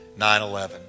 9-11